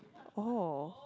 oh